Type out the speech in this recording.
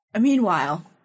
Meanwhile